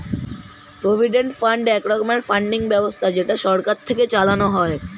provident fund এক রকমের funding ব্যবস্থা যেটা সরকার থেকে চালানো হয়